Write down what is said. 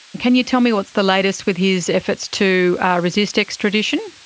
can you tell me what's the latest with his efforts to resist extradition?